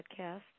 podcast